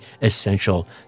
essential